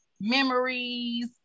memories